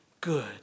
good